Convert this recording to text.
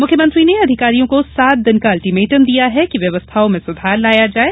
मुख्यमंत्री ने अधिकारियों को सात दिन का अल्टीमेटम दिया है कि व्यवस्थाओं में सुधार लाया जाये